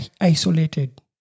isolated